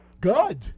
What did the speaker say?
Good